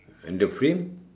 and the frame